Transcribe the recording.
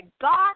God